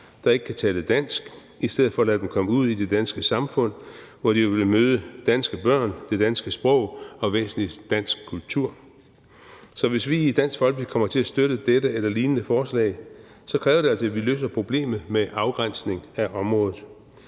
der ikke kan tale dansk, i stedet for at lade dem komme ud i det danske samfund, hvor de vil møde danske børn, det danske sprog og – væsentligst – dansk kultur. Så for at vi i Dansk Folkeparti kommer til at støtte dette eller lignende forslag, kræver det altså, at vi løser problemet med afgrænsning af området.